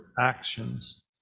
actions